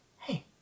hey